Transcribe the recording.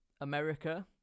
America